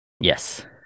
Yes